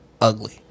Ugly